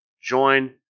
Join